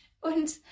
Und